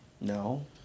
No